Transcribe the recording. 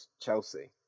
Chelsea